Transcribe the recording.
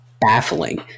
baffling